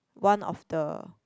one of the